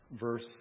Verse